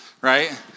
right